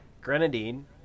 grenadine